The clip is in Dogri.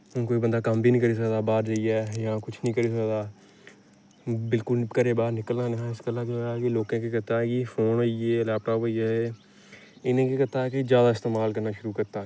हून कोई बंदा कम्म बी नेईं करी सकदा बाहर जेइयै जां कुछ नेईं करी सकदा बिलकुल घरै बाहर निकलना निहा इस गल्ला केह् होएआ कि लोकें केह् कीता कि फोन होई गे लैपटाप होई गेआ एह् इ'नें गी केह् कीता कि ज्यादा इस्तमाल करना शुरू कीता